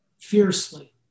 fiercely